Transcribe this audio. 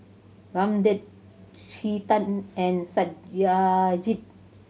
Ramdev Chetan and Satyajit